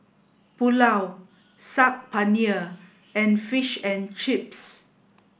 Pulao Saag Paneer and Fish and Chips